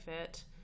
fit